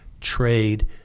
trade